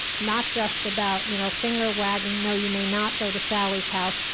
not just about you know finger wagging, no you may not go to sally's house!